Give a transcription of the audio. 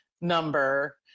number